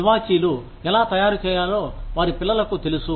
తివాచీలు ఎలా తయారుచేయాలో వారి పిల్లలకు తెలుసు